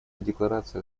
декларация